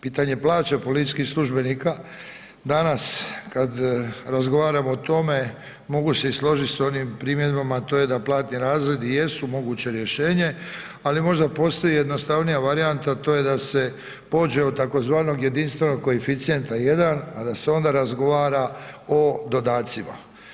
Pitanje plaće policijskih službenika, danas kad razgovaramo o tome, mogu se i složit s onim primjedbama, to je da platni razredi i jesu moguće rješenje, ali možda postoji jednostavnija varijanta, to je da se pođe od tzv. jedinstvenog koeficijenta 1, a da se onda razgovara o dodacima.